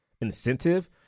incentive